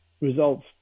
results